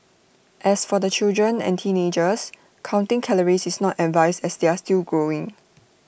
as for the children and teenagers counting calories is not advised as they are still growing